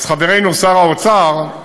אז חברנו שר האוצר,